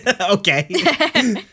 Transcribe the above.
Okay